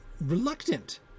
reluctant